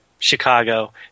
Chicago